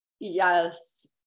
yes